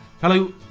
Hello